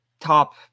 top